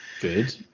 Good